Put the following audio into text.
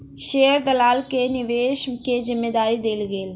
share दलाल के निवेश के जिम्मेदारी देल गेलै